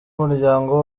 umuryango